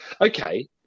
Okay